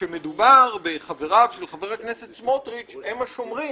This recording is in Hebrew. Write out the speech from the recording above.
כשמדובר בחבריו של חבר הכנסת סמוטריץ' הרי שהם השומרים,